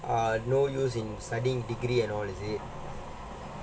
uh no use in studying degree and all is it